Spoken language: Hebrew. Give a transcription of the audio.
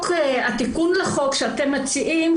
התיקון לחוק אותו אתם מציעים,